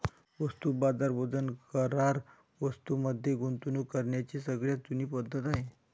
वस्तू बाजार वचन करार वस्तूं मध्ये गुंतवणूक करण्याची सगळ्यात जुनी पद्धत आहे